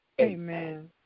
Amen